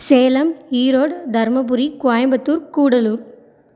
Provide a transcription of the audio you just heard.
Salem Erode Dharmapuri Coimbatore Gudalur